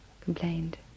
complained